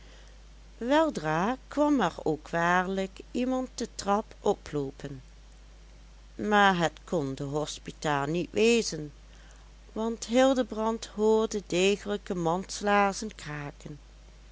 weldra kwam er ook waarlijk iemand de trap oploopen maar het kon de hospita niet wezen want hildebrand hoorde degelijke manslaarzen kraken